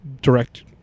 direct